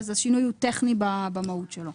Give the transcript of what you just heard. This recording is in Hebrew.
אז השינוי הוא טכני במהות שלו.